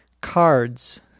cards